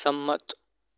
સંમત